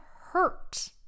hurt